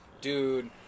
Dude